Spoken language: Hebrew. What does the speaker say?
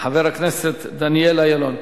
חבר הכנסת דניאל אילון.